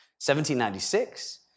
1796